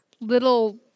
little